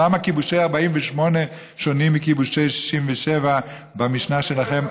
למה כיבושי 48' שונים מכיבושי 67' במשנה שלכם?